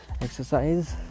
exercise